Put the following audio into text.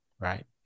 Right